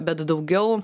bet daugiau